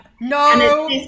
no